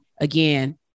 again